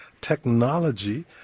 technology